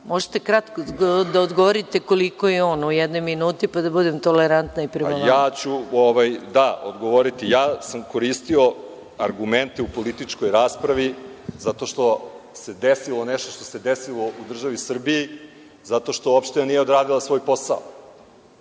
Možete kratko da odgovorite koliko je on u jednoj minuti, pa da budem tolerantna i prema vama. **Marko Đurišić** Ja ću odgovoriti. Ja sam koristio argumente u političkoj raspravi zato što se desilo nešto što se desilo u državi Srbiji zato što uopšte nije odradila svoj posao.